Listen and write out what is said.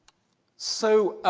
so,